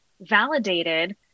validated